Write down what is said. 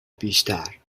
بیشتر